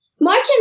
Martin